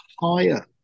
higher